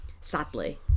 sadly